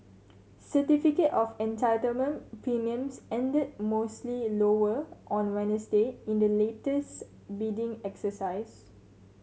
certificate of Entitlement premiums ended mostly lower on Wednesday in the latest bidding exercise